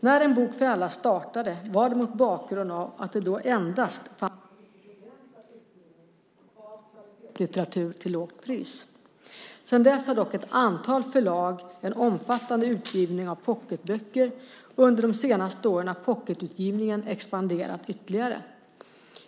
När En bok för alla startade var det mot bakgrund av att det då endast fanns en mycket begränsad utgivning av kvalitetslitteratur till lågt pris. Sedan dess har dock ett antal förlag en omfattande utgivning av pocketböcker, och under de senaste åren har pocketutgivningen expanderat ytterligare.